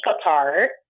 apart